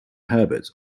herbert